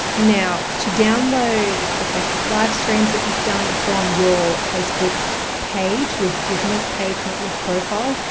now to download the facebook livestreams that you've done from your facebook page, your business page, not your profile,